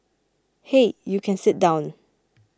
hey you can sit down